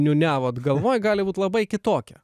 niūniavot galvoj gali būt labai kitokia